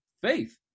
faith